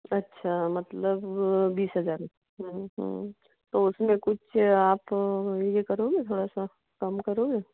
अच्छा मतलब बीस हज़ार रुप तो उसमें कुछ आप यह करोगे थोड़ा सा कम करोगे